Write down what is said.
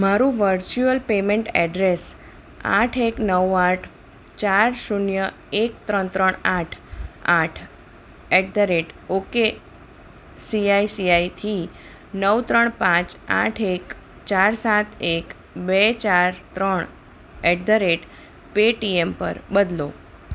મારું virtual payment address આઠ એક નઉં આઠ ચાર શૂન્ય એક ત્રણ ત્રણ આઠ આઠ એટધરેટ ઓકેસીઆઈસીઆઈથી નવ ત્રણ પાંચ આઠ એક ચાર સાત એક બે ચાર ત્રણ એટધરેટ એટ પેટીએમ પર બદલો